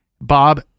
Bob